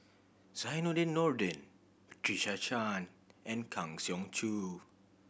Zainudin Nordin Patricia Chan and Kang Siong Joo